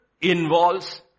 involves